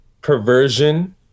perversion